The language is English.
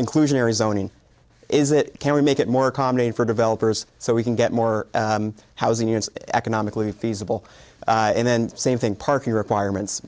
inclusionary zoning is it can we make it more accommodating for developers so we can get more housing units economically feasible and then same thing parking requirements